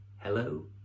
Hello